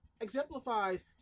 exemplifies